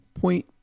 point